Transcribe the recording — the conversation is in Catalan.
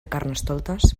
carnestoltes